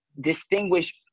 distinguish